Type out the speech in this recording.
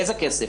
איזה כסף?